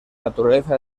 naturaleza